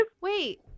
Wait